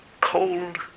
cold